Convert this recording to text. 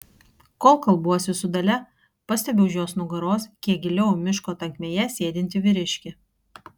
kol kalbuosi su dalia pastebiu už jos nugaros kiek giliau miško tankmėje sėdintį vyriškį